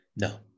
no